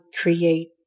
create